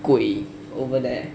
鬼 over there